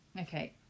Okay